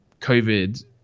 covid